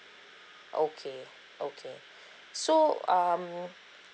okay okay so um